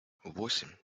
восемь